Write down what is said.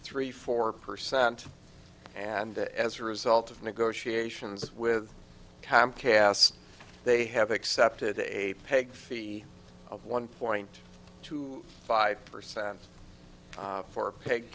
three four percent and as a result of negotiations with comcast they have accepted a peg fee of one point two five percent